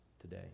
today